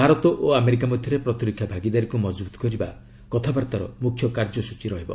ଭାରତ ଓ ଆମେରିକା ମଧ୍ୟରେ ପ୍ରତିରକ୍ଷା ଭାଗିଦାରୀକୁ ମଜବୁତ୍ କରିବା କଥାବାର୍ତ୍ତାର ମୁଖ୍ୟ କାର୍ଯ୍ୟସ୍ଟଚୀ ରହିବ